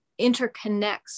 interconnects